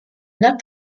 not